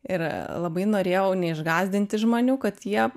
ir labai norėjau neišgąsdinti žmonių kad jie